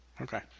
Okay